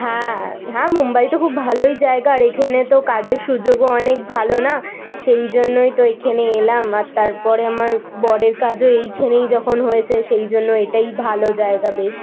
হ্যাঁ হ্যাঁ মুম্বাই তো খুব ভালোই জায়গা আর এখেনে তো কাজের সুযোগও অনেক ভালো না সেই জন্যই তো এখানে এলাম আর তারপরে আমার বরের কাজও এইখানেই যখন হয়েছে সেই জন্য এটাই ভালো জায়গা বেশ